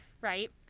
right